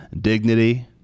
dignity